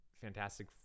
fantastic